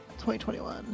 2021